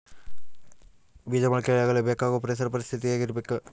ಬೇಜ ಮೊಳಕೆಯಾಗಲು ಬೇಕಾಗುವ ಪರಿಸರ ಪರಿಸ್ಥಿತಿ ಹೇಗಿರಬೇಕು?